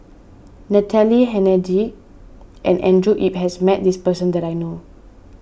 Natalie Hennedige and Andrew Yip has met this person that I know